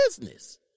business